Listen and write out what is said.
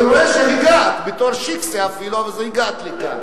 אני רואה שהגעת, בתור שיקסע אפילו, אבל הגעת לכאן.